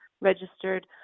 registered